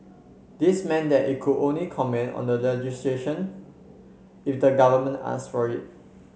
this meant that it could only comment on legislation if the government asked for it